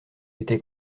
été